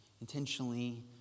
intentionally